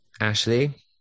Ashley